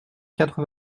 quatre